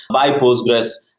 by postgres,